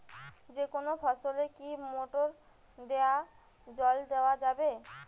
যেকোনো ফসলে কি মোটর দিয়া জল দেওয়া যাবে?